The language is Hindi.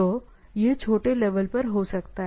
तो यह छोटे लेवल पर हो सकता है